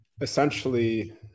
essentially